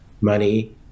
money